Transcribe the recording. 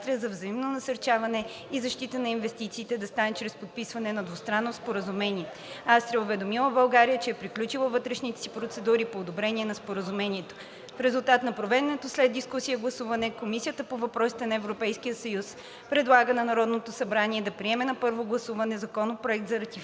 Австрия за взаимно насърчаване и защита на инвестициите да стане чрез подписването на двустранно споразумение. Австрия е уведомила България, че е приключила вътрешните си процедури по одобрение на Споразумението. В резултат на проведеното след дискусията гласуване Комисията по въпросите на Европейския съюз предлага на Народното събрание да приеме на първо гласуване Законопроект за ратифициране